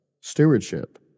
Stewardship